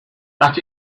that